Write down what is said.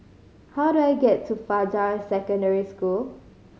how do I get to Fajar Secondary School